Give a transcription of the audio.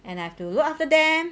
and I have to look after them